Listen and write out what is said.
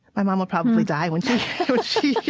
my mom will probably die when she